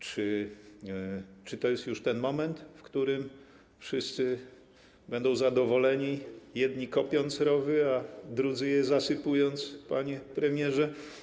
Czy to jest już ten moment, w którym wszyscy będą zadowoleni: jedni kopiąc rowy, a drudzy je zasypując, panie premierze?